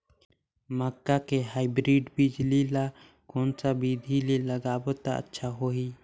मक्का के हाईब्रिड बिजली ल कोन सा बिधी ले लगाबो त अच्छा होहि?